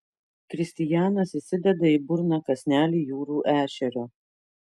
kristijanas įsideda į burną kąsnelį jūrų ešerio